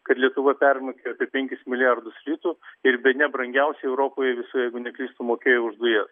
kad lietuva permokėjo apie penkis milijardus litų ir bene brangiausiai europoje visoje jeigu neklystu mokėjo už dujas